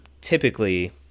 typically